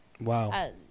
Wow